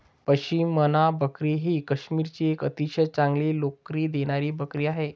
पश्मिना बकरी ही काश्मीरची एक अतिशय चांगली लोकरी देणारी बकरी आहे